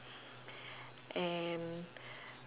and